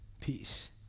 peace